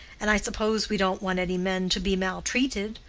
and i suppose we don't want any men to be maltreated,